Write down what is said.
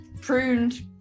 pruned